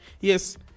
Yes